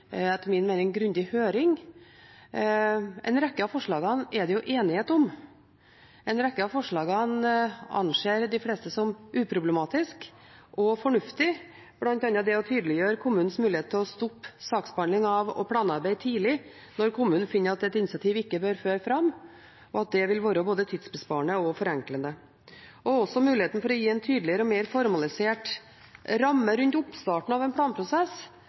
etter min mening grundig høring. En rekke av forslagene er det enighet om. En rekke av forslagene anser de fleste som uproblematiske og fornuftige, bl.a. det om å tydeliggjøre kommunens mulighet til å stoppe saksbehandling og planarbeid tidlig når kommunen finner at et initiativ ikke bør føre fram, og at det vil være både tidsbesparende og forenklende. Muligheten til å gi en tydeligere og mer formalisert ramme rundt oppstarten av en planprosess